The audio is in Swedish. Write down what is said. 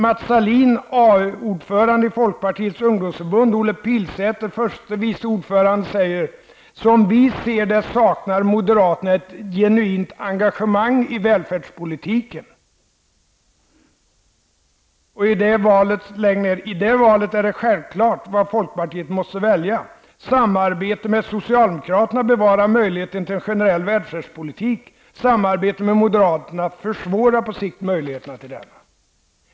Mats Sahlin, AU-ordförande i folkpartiets ungdomsförbund, och Olle Pilsäter, förste vice ordförande, säger att som vi ser det saknar moderaterna ett genuint engagemang i välfärdspolitiken. I det valet är det självklart vad folkpartiet måste välja. Samarbete med socialdemokraterna bevarar möjligheten till en generell välfärdspolitik. Samarbete med moderaterna försvårar på sikt möjligheter till denna.